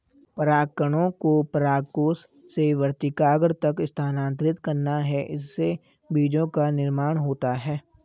परागकणों को परागकोश से वर्तिकाग्र तक स्थानांतरित करना है, इससे बीजो का निर्माण होता है